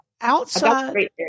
outside